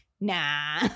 nah